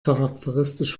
charakteristisch